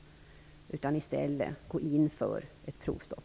I stället bör man gå in för ett provstopp.